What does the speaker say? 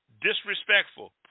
disrespectful